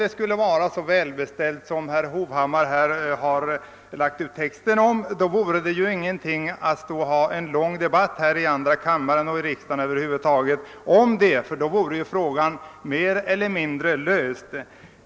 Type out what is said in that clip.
Och om det vore så väl beställt som herr Hovhammar lade ut texten, funnes det ju ingen anledning att ha en lång debatt om denna fråga här i andra kammaren och i riksdagen över huvud taget. Då vore ju frågan mer eller mindre löst.